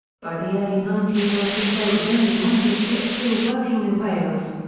by the early nineteen ninety s there was only one deep pit still working in wales.